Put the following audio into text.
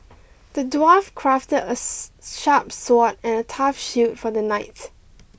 the dwarf crafted a sharp sword and a tough shield for the knight